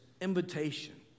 invitation